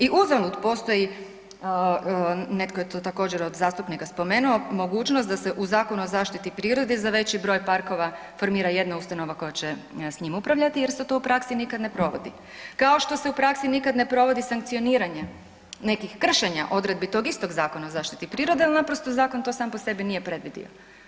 I uzalud postoji netko je to također od zastupnika spomenuo, mogućnost da se u Zakonu o zaštiti prirode za veći broj parkova formira jedna ustanova koja će s njim upravljati jer se to u praksi nikad ne provodi kao što se u praksi nikad ne provodi sankcioniranje nekih kršenja odredbi tog istog Zakona o zaštiti prirode jer naprosto zakon to sam po sebi nije predvidio.